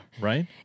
right